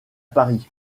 paris